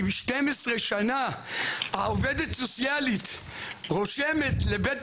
אני 12 שנה העובדת הסוציאלית רושמת לבית